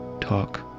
talk